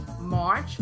March